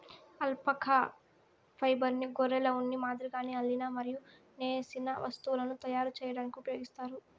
alpaca ఫైబర్ను గొర్రెల ఉన్ని మాదిరిగానే అల్లిన మరియు నేసిన వస్తువులను తయారు చేయడానికి ఉపయోగిస్తారు